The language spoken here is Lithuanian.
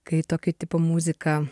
kai tokio tipo muzika